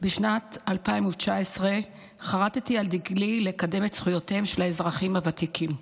בשנת 2019 חרטתי על דגלי לקדם את זכויותיהם של האזרחים הוותיקים.